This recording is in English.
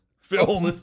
film